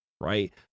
right